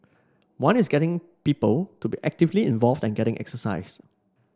one is getting people to be actively involved and getting exercise